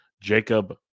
Jacob